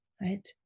right